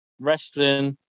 wrestling